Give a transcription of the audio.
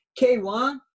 K1